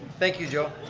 thank you, joe.